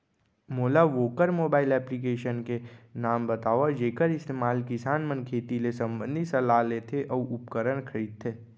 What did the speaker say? मोला वोकर mobile application के नाम ल बतावव जेखर इस्तेमाल किसान मन खेती ले संबंधित सलाह लेथे अऊ उपकरण खरीदथे?